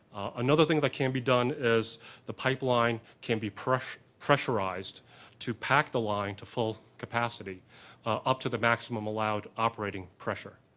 another thing that can be done is the pipeline can be pressurized to pack the line to full capacity up to the maximum allowed operating pressure.